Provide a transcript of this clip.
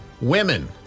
Women